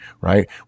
Right